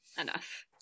enough